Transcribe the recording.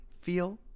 feel